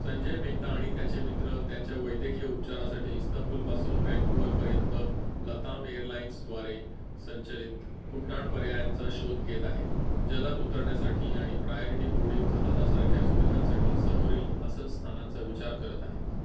संजय मेहता आणि त्याचे मित्र त्यांच्या वैद्यकीय उपचारासाठी इस्तंबुलपासून वॅनकुवरपर्यंत लताम एअरलाइन्सद्वारे संचलित उड्डाण पर्यायांचा शोध घेत आहेत जलद उतरण्यासाठी आणि प्रायारिटी बोर्डिंग जहाजासारख्या सुविधांसाठी समोरील आसन स्थानांचा विचार करत आहेत